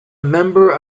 member